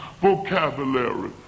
vocabulary